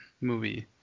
movie